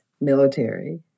military